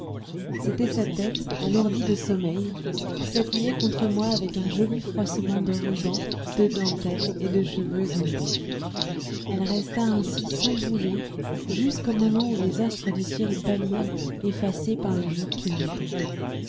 c'était sa tête alourdie de sommeil qui s'appuyait contre moi avec un joli froissement de rubans de dentelles et de cheveux ondés elle resta ainsi sans bouger jusqu'au moment où les astres du ciel pâlirent effacés par le jour qui montait